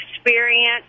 experience